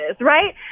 right